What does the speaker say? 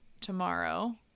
tomorrow